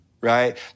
Right